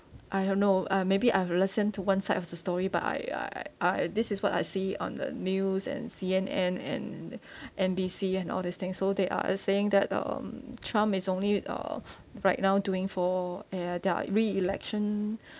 I don't know uh maybe I've listen to one side of the story but I I I this is what I see on the news and C_N_N and N_B_C and all this thing so they are uh saying that um trump is only uh right now doing for uh their re-election